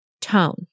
tone